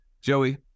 joey